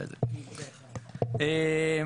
קודם כל,